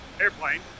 Airplane